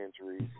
injuries